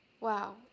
Wow